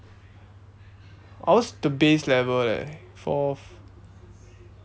ours the base level leh fourth